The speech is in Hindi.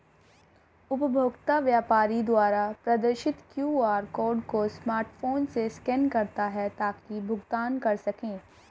उपभोक्ता व्यापारी द्वारा प्रदर्शित क्यू.आर कोड को स्मार्टफोन से स्कैन करता है ताकि भुगतान कर सकें